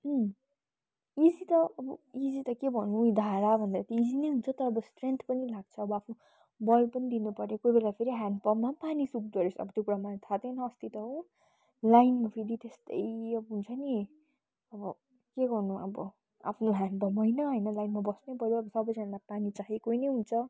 easy त अब easy त के भन्नु धाराभन्दा त इजी नै हुन्छ त अब् स्ट्रेन्थ पनि लाग्छ अब आफ्नो बल पनि दिनु पर्यो कोही बेला फेरि ह्यान्डपम्पमा पनि पानि सुख्दो रहेछ अब त्यो कुरा मलाई थाहा थिएन अस्ति त हो लाइनमा फेरि त्यस्तै अब हुन्छ नि अब के गर्नु अब आफ्नो ह्यान्डपम्प होइन होइन लाइनमा बस्नै पर्यो अब सबैजनालाई पानी चाहिएकै नै हुन्छ